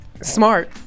smart